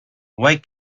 why